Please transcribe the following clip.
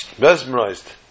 mesmerized